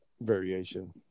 variation